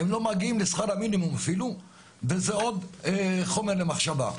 הם לא מגיעים לשכר המינימום אפילו וזה עוד חומר למחשבה.